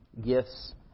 gifts